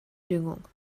düngung